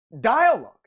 dialogue